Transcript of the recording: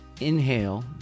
inhale